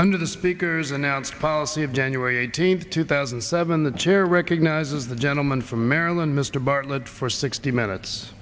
under the speaker's announced policy of january eighteenth two thousand and seven the chair recognizes the gentleman from maryland mr bartlett for sixty minutes